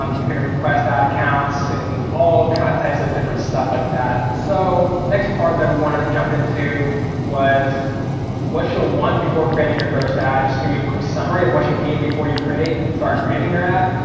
um you can request ad accounts and all types of different stuff like that. so next part that we wanted to jump into was what you'll want before creating your first ad. just to give you a quick summary of what you need before you create, start creating your ad.